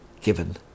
given